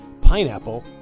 pineapple